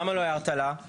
למה לא הערת לה?